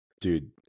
Dude